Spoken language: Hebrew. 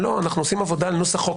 לא, אנחנו עושים עבודה נוסח חוק.